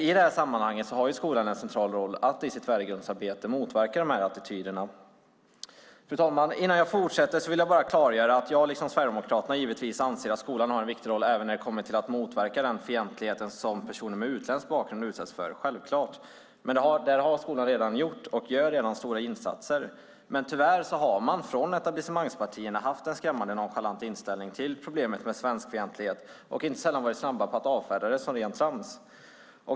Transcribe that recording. I det här sammanhanget har skolan en central roll att i sitt värdegrundsarbete motverka de här attityderna. Fru talman! Innan jag fortsätter vill jag klargöra att jag liksom Sverigedemokraterna givetvis anser att skolan har en viktig roll även när det gäller att motverka den fientlighet som personer med utländsk bakgrund utsätts för. Men där har skolan redan gjort och gör stora insatser. Tyvärr har etablissemangspartierna haft en skrämmande nonchalant inställning till problemet med svenskfientlighet och inte sällan varit snabba med att avfärda det som rent trams.